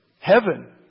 Heaven